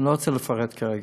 אני לא רוצה לפרט כרגע.